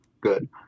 good